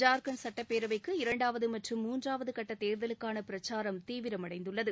ஜார்க்கண்ட் சுட்டப்பேரவைக்கு இரண்டாவது மற்றும் மூன்றாவது கட்ட தேர்தலுக்கான பிரச்சாரம் தீவிரமடைந்துள்ளது